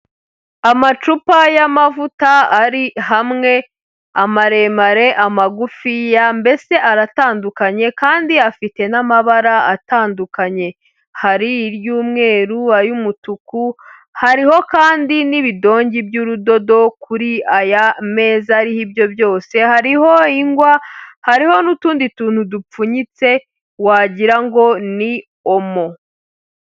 Amacupa y'amavuta ari hamwe, amaremare, amagufi mbese aratandukanye kandi afite n'amabara atandukanye, hari iry'umweru, ay'umutuku, hariho kandi n'ibidongi by'urudodo kuri aya meza ariho ibyo byose, hariho ingwa, hariho n'utundi tuntu dupfunyitse wagira ngo ni omo.